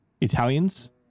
Italians